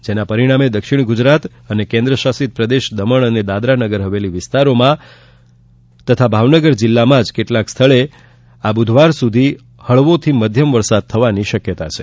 તેના પરિણામે દક્ષિણ ગુજરાત અને કેન્દ્ર શાસિત પ્રદેશ દમણ અને દાદરાનગર હવેલી વિસ્તારોમાં તથા ભાવનગર જિલ્લામાં જ કેટલાંક સ્થળે આ બુધવાર સુધી હળવાથી મધ્યમ વરસાદ થવાની શક્યતા છે